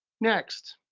next.